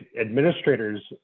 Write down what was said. administrators